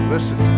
Listen